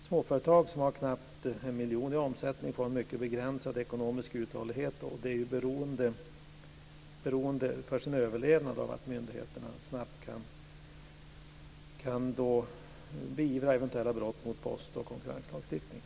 Småföretag som har knappt 1 miljon i omsättning får en mycket begränsad ekonomisk uthållighet och är för sin överlevnad beroende av att myndigheterna snabbt kan beivra eventuella brott mot post och konkurrenslagstiftningen.